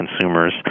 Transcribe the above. consumers